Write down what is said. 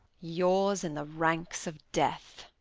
yours in the ranks of death!